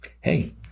hey